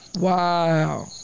Wow